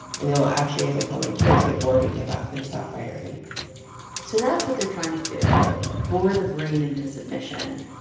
and they will actually, as i tell my kids, get bored and give up and stop firing so that's what they're trying to do bore the brain into submission.